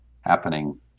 happening